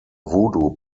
voodoo